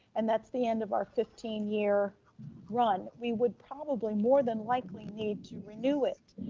and that's the end of our fifteen year run, we would probably more than likely need to renew it.